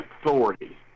Authority